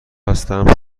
هستم